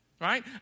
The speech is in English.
right